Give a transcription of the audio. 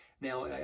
Now